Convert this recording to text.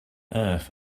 earth